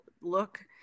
look